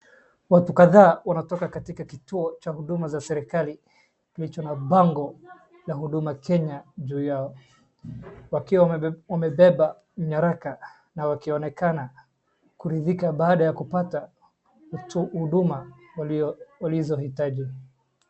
Watu kadhaa wanatoka katika kituo cha huduma za serikali kilicho na bango la Huduma Kenya juu yao, wakiwa wamebeba nyaraka na wakionekana kuridhika baada ya kupata huduma walizohitaji.